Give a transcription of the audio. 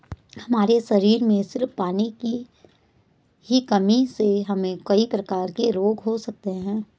हमारे शरीर में सिर्फ पानी की ही कमी से हमे कई प्रकार के रोग हो सकते है